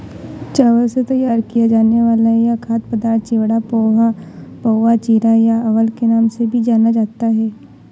चावल से तैयार किया जाने वाला यह खाद्य पदार्थ चिवड़ा, पोहा, पाउवा, चिरा या अवल के नाम से भी जाना जाता है